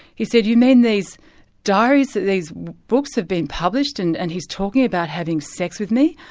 he said, you mean these diaries, these books have been published, and and he's talking about having sex with me?